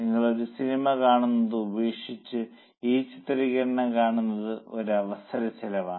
നിങ്ങൾ ഒരു സിനിമ കാണുന്നത് ഉപേക്ഷിച്ചു ഈ ചിത്രീകരണം കാണുന്നത് ഒരു അവസര ചെലവാണ്